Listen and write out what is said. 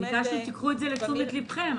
ביקשנו שתיקחו את זה לתשומת לבכם.